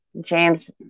James